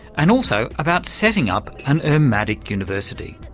and also about setting up an urmadic university.